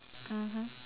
mmhmm